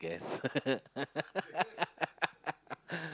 guest